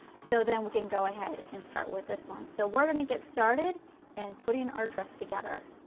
so then we can go ahead and start with this one. so we are going to get started and putting our dress together.